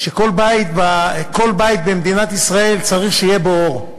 שכל בית במדינת ישראל, צריך שיהיה בו אור.